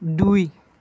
দুই